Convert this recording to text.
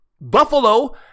Buffalo